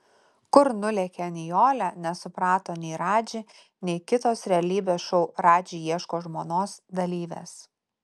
kur nulėkė nijolė nesuprato nei radži nei kitos realybės šou radži ieško žmonos dalyvės